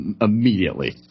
immediately